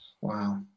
Wow